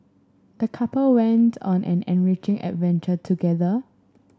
the couple went on an enriching adventure together